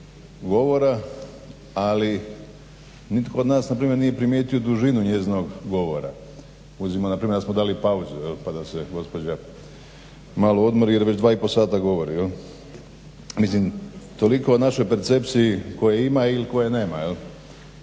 ali nitko od nas npr. nije primijetio dužinu njezinog govora. Uzmimo npr. da smo dali pauzu jel' pa da se gospođa malo odmori jer već 2,5 sata govori jel'. Mislim toliko o našoj percepciji tko je ima ili tko je nema